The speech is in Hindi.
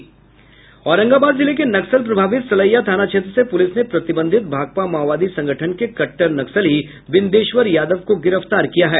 औरंगाबाद जिले के नक्सल प्रभावित सलैया थाना क्षेत्र से पुलिस ने प्रतिबंधित भाकपा माओवादी संगठन के कट्टर नक्सली बिंदेश्वर यादव को गिरफ्तार किया है